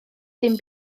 dim